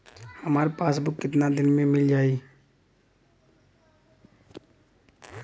हमार पासबुक कितना दिन में मील जाई?